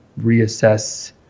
reassess